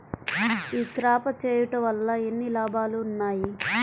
ఈ క్రాప చేయుట వల్ల ఎన్ని లాభాలు ఉన్నాయి?